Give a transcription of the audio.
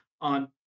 on